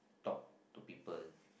talk to people